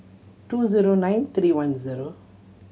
two zero nine three one zero